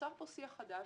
נוצר פה שיח חדש,